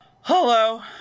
Hello